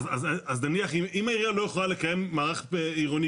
אם העירייה לא יכולה לקיים מערך עירוני